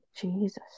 Jesus